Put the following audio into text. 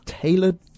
tailored